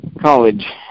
college